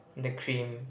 the cream